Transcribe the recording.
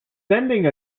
sending